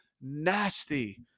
nasty